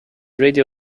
radio